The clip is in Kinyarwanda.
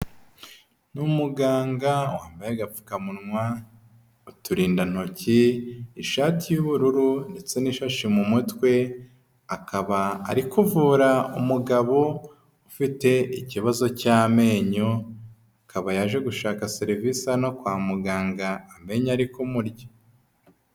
Ni umuganga wambaye agapfukamunwa, uturinda ntoki, ishati y'ubururu ndetse n'ishashi mu mutwe, akaba ari kuvura umugabo ufite ikibazo cy'amenyo, akaba yaje gushaka serivisi hano kwa muganga amenyo ari kumurya.